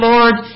Lord